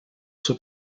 suo